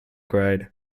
grade